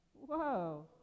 Whoa